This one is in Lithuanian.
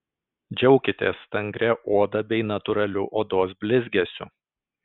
džiaukitės stangria oda bei natūraliu odos blizgesiu